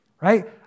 Right